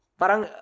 parang